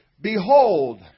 Behold